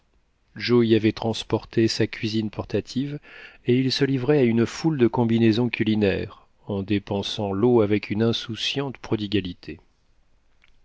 y avait transporté sa cuisine portative et il se livrait à une foule de combinaisons culinaires en dépensant l'eau avec une insouciante